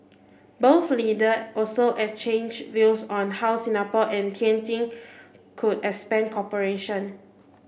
both leaders also exchanged views on how Singapore and Tianjin could expand cooperation